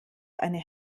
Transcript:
eine